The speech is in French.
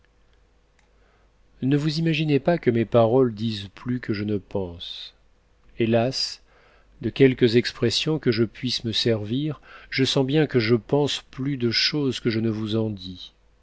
ne vous imaginez pas que mes paroles disent plus que je ne pense hélas de quelques expressions que je puisse me servir je sens bien que je pense plus de choses que je ne vous en dis